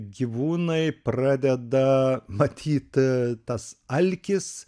gyvūnai pradeda matyt tas alkis